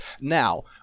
now